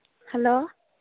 hello